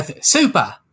Super